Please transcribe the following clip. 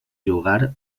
jugar